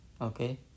Okay